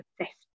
obsessed